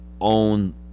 Own